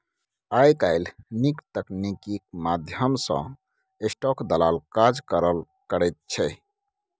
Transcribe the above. आय काल्हि नीक तकनीकीक माध्यम सँ स्टाक दलाल काज करल करैत छै